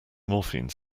morphine